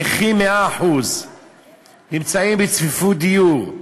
נכים 100%. נמצאים בצפיפות דיור.